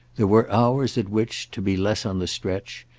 there were hours at which, to be less on the stretch,